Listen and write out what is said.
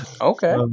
Okay